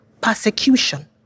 persecution